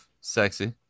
sexy